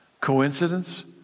Coincidence